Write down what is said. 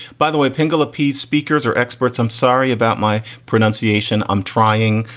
by the way, pingle a piece. speakers are experts. i'm sorry about my pronunciation. i'm trying,